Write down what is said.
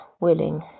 willing